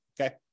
okay